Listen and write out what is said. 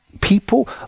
people